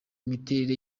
miterere